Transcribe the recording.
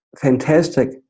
fantastic